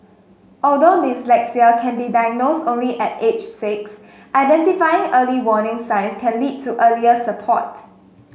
although dyslexia can be diagnosed only at age six identifying early warning signs can lead to earlier support